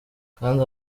kandi